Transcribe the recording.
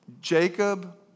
Jacob